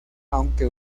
aunque